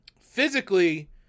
Physically